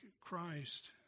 Christ